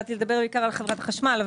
באתי לדבר בעיקר על חברת החשמל,